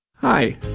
Hi